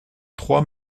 trois